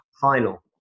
final